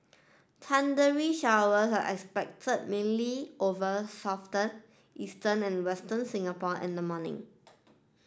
thundery showers are expected mainly over southern eastern and western Singapore in the morning